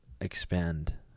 expand